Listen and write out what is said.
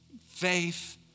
Faith